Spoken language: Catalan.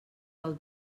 del